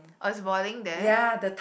oh it was boiling there